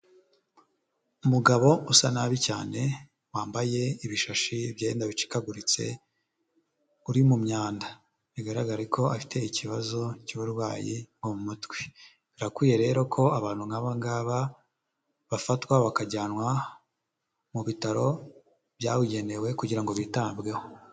Umugabo usa nabi cyane, wambaye ibishashi, ibyenda bicikaguritse uri mu myanda. Bigaragare ko afite ikibazo cy'uburwayi bwo mu mutwe. Birakwiye rero ko abantu nk'aba ngaba bafatwa bakajyanwa mu bitaro byabugenewe kugira ngo bitabweho.